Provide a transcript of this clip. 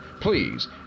please